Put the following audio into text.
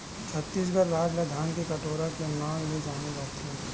छत्तीसगढ़ राज ल धान के कटोरा के नांव ले जाने जाथे